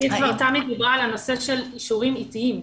תמי דיברה על הנושא של אישורים עתיים.